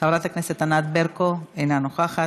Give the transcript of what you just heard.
חברת הכנסת ענת ברקו, אינה נוכחת.